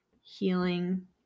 healing